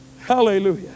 Hallelujah